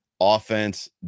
offense